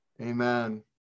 Amen